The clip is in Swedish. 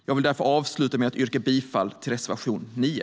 Jag vill därför avsluta med att yrka bifall till reservation 9.